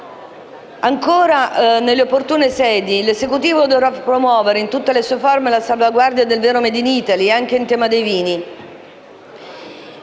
Ancora, nelle opportune sedi, l'Esecutivo dovrà promuovere - in tutte le sue forme - la salvaguardia del vero *made in Italy* anche in tema di vini,